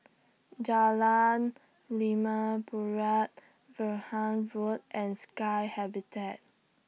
Jalan Limau Purut Vaughan Road and Sky Habitat